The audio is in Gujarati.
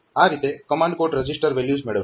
આ રીતે કમાન્ડ કોડ રજીસ્ટર વેલ્યુઝ મેળવશે